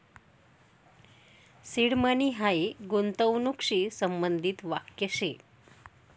seed money हायी गूंतवणूकशी संबंधित वाक्य शे